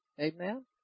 Amen